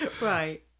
Right